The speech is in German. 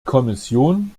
kommission